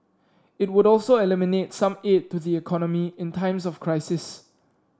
it would also eliminate some aid to the economy in times of crisis